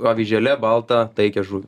avižėle baltą taikią žuvį